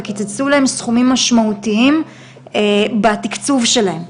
וקיצצו להם סכומים משמעותיים בתיקצוב שלהם.